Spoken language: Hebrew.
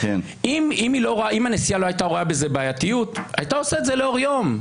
אם הנשיאה לא הייתה רואה בזה בעייתיות היא הייתה עושה את זה לאור יום,